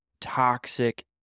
toxic